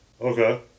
Okay